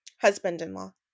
Husband-in-law